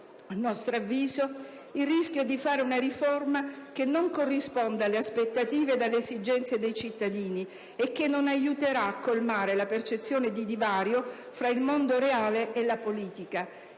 A nostro avviso, il rischio è di fare una riforma che non corrisponde alle aspettative e alle esigenze dei cittadini e che non aiuterà a colmare la percezione di divario fra il mondo reale e la politica.